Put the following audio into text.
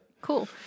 Cool